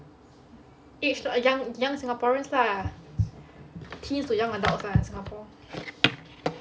age lah young young singaporeans lah teens to young adults lah in singapore